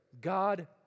God